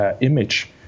image